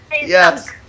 Yes